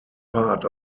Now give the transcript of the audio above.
part